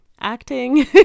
acting